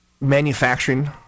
Manufacturing